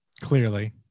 Clearly